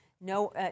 no